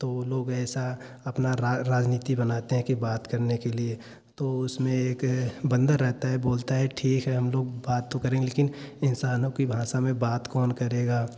तो ओ लोग ऐसा अपना रा राजनीति बनाते हैं कि बात करने के लिए तो उसमें एक बन्दर रहता है बोलता है ठीक है हम लोग बात तो करेंगे लेकिन इंसानों की भाषा में बात कौन करेगा